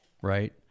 Right